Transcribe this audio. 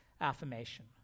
Affirmation